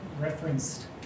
referenced